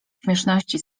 śmieszności